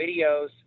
videos